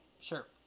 Sure